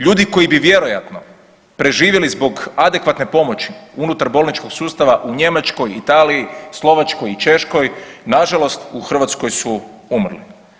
Ljudi koji bi vjerojatno preživjeli zbog adekvatne pomoći unutar bolničkog sustava u Njemačkoj, Italiji, Slovačkoj i Češkoj nažalost u Hrvatskoj su umrli.